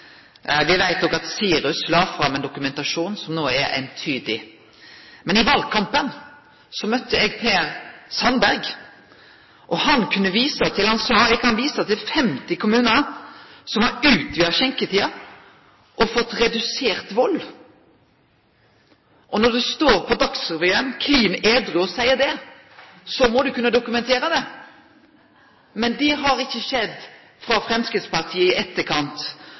veit òg at SIRUS la fram ein dokumentasjon som er eintydig. Men i valkampen møtte eg Per Sandberg, og han sa: Eg kan vise til 50 kommunar som har utvida skjenketida og fått redusert vald. Og når du står på Dagsrevyen – klin edru – og seier det, må du kunne dokumentere det, men det har ikkje skjedd frå Framstegspartiet i etterkant.